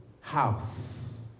house